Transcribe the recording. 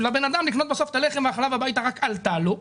לבן אדם לקנות בסוף את הלחם והחלב הביתה רק עלתה לו,